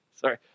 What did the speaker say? Sorry